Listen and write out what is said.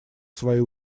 свои